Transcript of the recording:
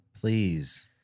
Please